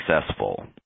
successful